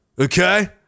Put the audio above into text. Okay